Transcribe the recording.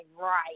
right